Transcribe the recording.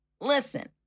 Listen